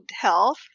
health